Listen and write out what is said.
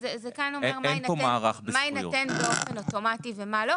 כאן הוא אומר מה יינתן באופן אוטומטי ומה לא.